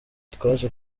twaje